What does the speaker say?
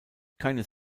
keines